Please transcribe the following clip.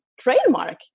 trademark